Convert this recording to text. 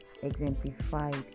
exemplified